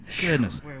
Goodness